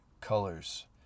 colors